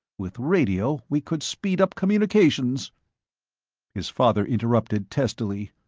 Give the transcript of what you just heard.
with radio, we could speed up communications his father interrupted testily.